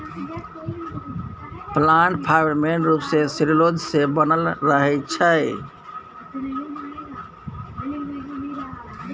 plant fibre मेन रुप सँ सेल्युलोज सँ बनल रहै छै